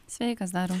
sveikas dariau